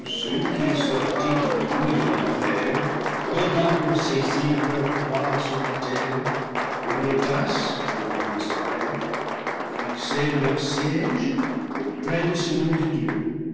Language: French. ceux qui sortis du puits de l'enfer rôdant pour saisir leur proie sur la terre eurent l'audace longtemps après de fixer leurs sièges auprès de celui de dieu